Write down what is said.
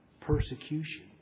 persecution